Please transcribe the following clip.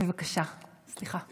בבקשה, סליחה.